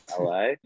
LA